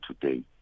today